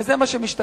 וזה מה שמשתקף.